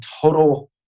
total